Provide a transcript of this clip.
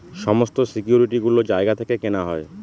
সমস্ত সিকিউরিটি গুলো জায়গা থেকে কেনা হয়